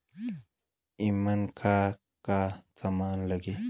ईमन का का समान लगी?